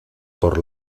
por